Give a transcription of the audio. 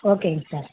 ஓகேங்க சார்